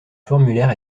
formulaire